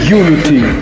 unity